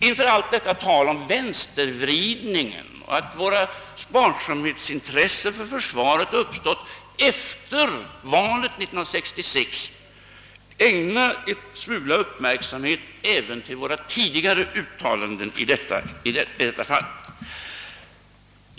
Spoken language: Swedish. Inför allt detta tal om en vänsterglidning och om att vårt sparsamhetsintresse när det gäller försvaret uppstått efter valet 1966 bör herr Bohman ägna en smula uppmärksamhet även åt våra tidigare uttalanden om försvarskostnaden.